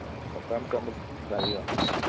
ꯑꯣ ꯀꯔꯝ ꯀꯔꯝꯕ ꯒꯥꯔꯤꯔꯣ